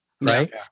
right